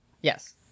Yes